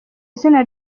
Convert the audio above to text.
izina